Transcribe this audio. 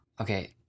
Okay